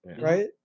right